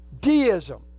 deism